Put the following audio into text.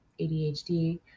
ADHD